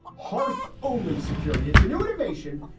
harth only security. it's a new innovation.